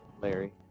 Larry